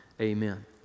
Amen